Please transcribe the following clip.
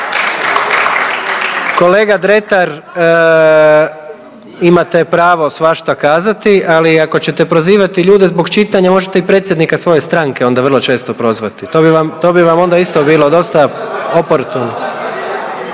Kolega Dretar imate pravo svašta kazati, ali ako ćete prozivati ljude zbog čitanja možete i predsjednika svoje stranke onda vrlo često prozvati. To bi vam, to bi vam onda isto bilo dosta oportuno.